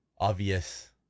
obvious